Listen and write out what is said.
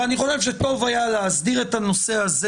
ואני חושב שטוב היה להסדיר את הנושא הזה